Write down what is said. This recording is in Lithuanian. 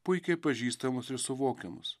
puikiai pažįstamus ir suvokiamus